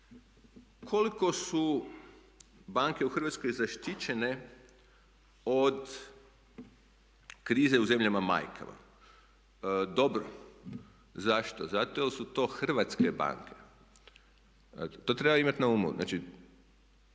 Koliko su banke u Hrvatskoj zaštićene od krize u zemljama majkama. Dobro. Zašto? Zato jer su to hrvatske banke. To treba imati na umu.